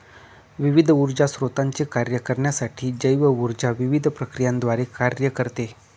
विविध ऊर्जा स्त्रोतांचे कार्य करण्यासाठी जैव ऊर्जा विविध प्रक्रियांद्वारे कार्य करते